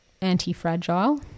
anti-fragile